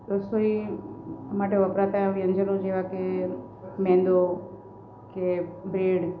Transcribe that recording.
રસોઈ માટે વપરાતા વ્યંજનો જેવાં કે મેંદો કે બ્રેડ